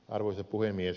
arvoisa puhemies